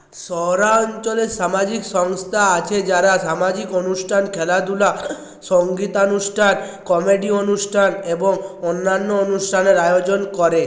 শহরাঞ্চলে সামাজিক সংস্থা আছে যারা সামাজিক অনুষ্ঠান খেলাধুলা সঙ্গীতানুষ্ঠান কমেডি অনুষ্ঠান এবং অন্যান্য অনুষ্ঠানের আয়োজন করে